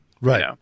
right